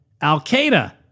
Al-Qaeda